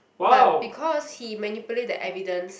but because he manipulate the evidence